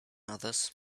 others